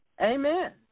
Amen